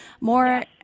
more